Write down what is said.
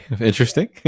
interesting